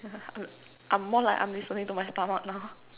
I'm more like I'm listening to my stomach now